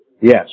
Yes